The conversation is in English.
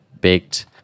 baked